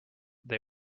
they